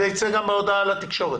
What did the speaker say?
זה יצא גם בהודעה לתקשורת.